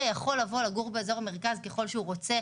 יכול לגור באזור המרכז ככל שהוא רוצה,